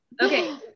Okay